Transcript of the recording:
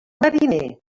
mariner